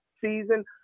season